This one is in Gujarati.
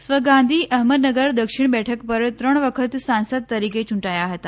સ્વ ગાંધી અહમદનગર દક્ષિણ બેઠક પર ત્રણ વખત સાંસદ તરીકે ચૂંટાયા હતા